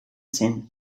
zen